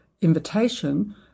invitation